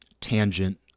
tangent